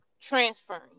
transferring